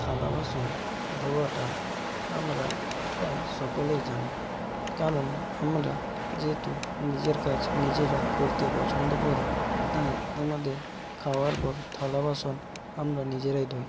থালা বাসন ধোয়াটা আমরা প্রায় সকলেই জানি যেমন আমরা যেহেতু নিজের কাজ নিজেরা করতে পছন্দ করি তাই আমদের খাওয়ার পর থালা বাসন আমরা নিজেরাই ধুই